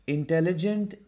Intelligent